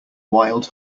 wild